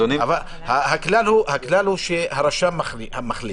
הכלל הוא שהרשם הוא המחליט.